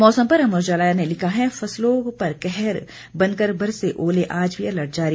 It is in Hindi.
मौसम पर अमर उजाला ने लिखा है फसलों पर कहर बनकर बरसे ओले आज भी अलर्ट जारी